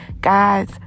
Guys